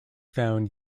found